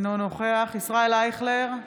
אינו נוכח ישראל אייכלר,